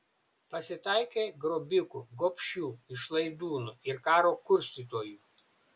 pasitaikė grobikų gobšių išlaidūnų ir karo kurstytojų